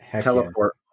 teleport